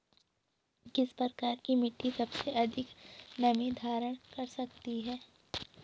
किस प्रकार की मिट्टी सबसे अधिक नमी धारण कर सकती है?